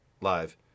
live